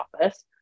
office